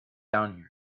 down